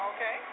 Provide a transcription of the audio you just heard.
Okay